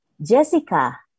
Jessica